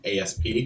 ASP